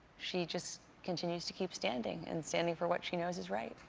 she just continues to keep standing and standing for what she knows is right.